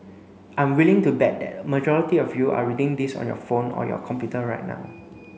I'm willing to bet that a majority of you are reading this on your phone or your computer right now